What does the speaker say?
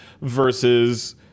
versus